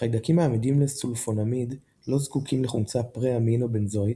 חיידקים העמידים לסולפונאמיד לא זקוקים לחומצה פרה אמינו בנזואית,